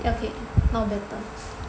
okay now better